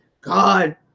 god